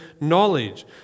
knowledge